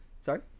sorry